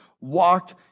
walked